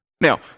now